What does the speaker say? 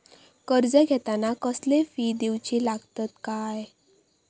कर्ज घेताना कसले फी दिऊचे लागतत काय?